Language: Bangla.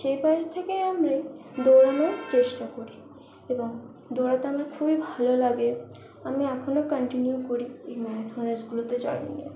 সেই বয়স থেকেই আমি দৌড়ানোর চেষ্টা করি এবং দৌড়াতে আমার খুবই ভালো লাগে আমি এখনো কন্টিনিউ করি এই ম্যারাথন রেসগুলিতে জয়েন